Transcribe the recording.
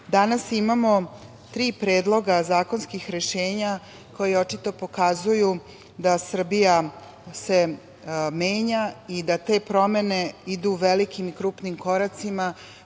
danas imamo tri predloga zakonskih rešenja koji očito pokazuju da Srbija se menja i da te promene idu velikim i krupnim koracima